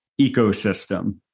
ecosystem